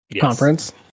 conference